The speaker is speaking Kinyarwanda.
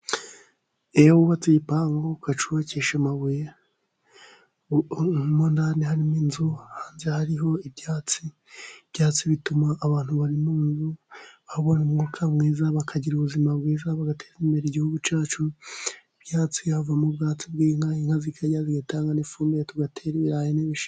Iyo wubatse igipangu ukacyubakisha amabuye, mo ndani harimo inzu, hanze hariho ibyatsi, ibyatsi bituma abantu bari mu nzu babona umwuka mwiza, bakagira ubuzima bwiza bagateza imbere igihugu cyacu, ibyatsi havamo ubwatsi bw'inka, inka zikarya, zigatanga n'ifumbire, tugatera ibirayi n'ibishyimbo.